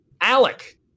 Alec